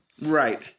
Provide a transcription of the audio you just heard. Right